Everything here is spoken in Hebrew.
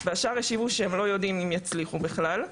והשאר השיבו שהם לא יודעים אם הם יצליחו בכלל.